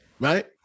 right